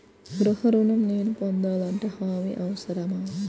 గృహ ఋణం నేను పొందాలంటే హామీ అవసరమా?